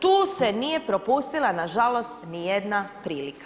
Tu se nije propustila nažalost niti jedna prilika.